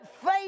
faith